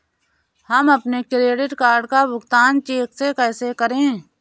हम अपने credit card का भुगतान चेक से कैसे करें?